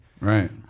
Right